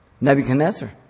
Nebuchadnezzar